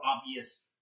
obvious